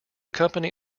company